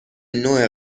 نوع